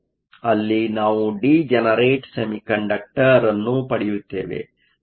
ಅಲ್ಲಿ ನಾವು degenerate semiconductor ಅನ್ನು ಪಡೆಯುತ್ತೇವೆ